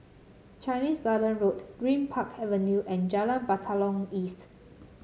Chinese Garden Road Greenpark Avenue and Jalan Batalong East